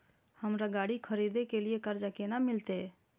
हमरा गाड़ी खरदे के लिए कर्जा केना मिलते?